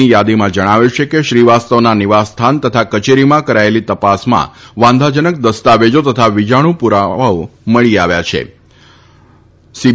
ની યાદીમાં જણાવ્યું છ કે શ્રી વાસ્તવના નિવાસસ્થાન તથા કચક્રીમાં કરાયલી તા ાસમાં વાંધાજનક દસ્તાવક્ષ તથા વિજાણુ પુરાવાઓ મળી આવ્યા છ સી